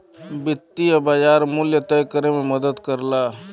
वित्तीय बाज़ार मूल्य तय करे में मदद करला